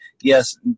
Yes